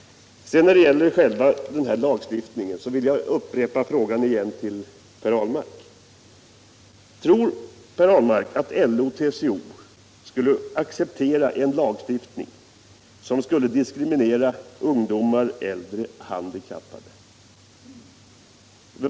När det gäller själva lagstiftningen vill jag upprepa frågan till Per Ahlmark: Tror Per Ahlmark att LO-TCO skulle acceptera en lagstiftning som skulle diskriminera ungdomar, äldre, handikappade?